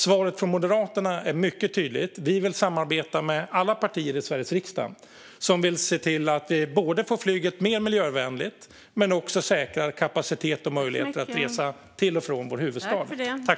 Svaret från Moderaterna är mycket tydligt: Vi vill samarbeta med alla partier i Sveriges riksdag som vill se till att vi både gör flyget mer miljövänligt och säkrar kapacitet och möjligheter att resa till och från vår huvudstad.